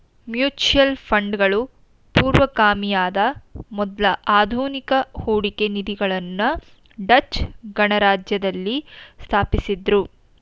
mutual ಫಂಡ್ಗಳು ಪೂರ್ವಗಾಮಿಯಾದ ಮೊದ್ಲ ಆಧುನಿಕ ಹೂಡಿಕೆ ನಿಧಿಗಳನ್ನ ಡಚ್ ಗಣರಾಜ್ಯದಲ್ಲಿ ಸ್ಥಾಪಿಸಿದ್ದ್ರು